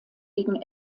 gegen